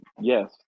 yes